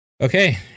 Okay